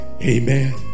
Amen